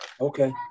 Okay